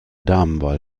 damenwahl